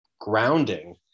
grounding